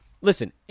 listen